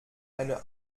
eine